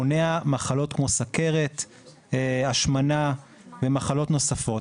מונע מחלות כמו סכרת, השמנה, ומחלות נוספות.